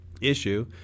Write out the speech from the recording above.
issue